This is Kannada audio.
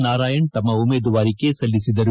ನಾರಾಯಣ್ ತಮ್ಮ ಉಮೇದುವಾರಿಕೆ ಸಲ್ಲಿಸಿದರು